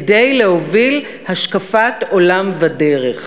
כדי להוביל השקפת עולם ודרך.